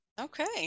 Okay